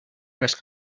dress